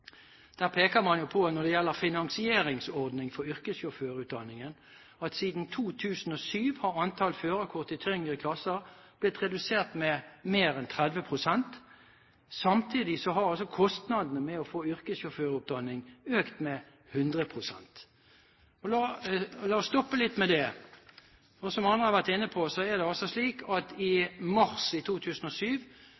Når det gjelder finansieringsordning for yrkessjåførutdanningen, peker man på at siden 2007 har antallet førerkort i tyngre klasser blitt redusert med mer enn 30 pst. Samtidig har altså kostnadene med å få yrkessjåførutdanning økt med 100 pst. La oss stoppe litt ved det. Som andre har vært inne på, er det altså slik at Stortinget i